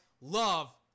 love